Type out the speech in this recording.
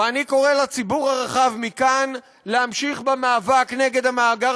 ואני קורא לציבור הרחב מכאן להמשיך במאבק נגד המאגר